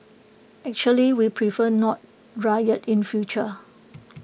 actually we prefer no riot in future